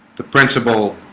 the principal